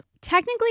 Technically